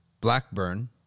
Blackburn